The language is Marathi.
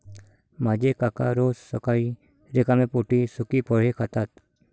माझे काका रोज सकाळी रिकाम्या पोटी सुकी फळे खातात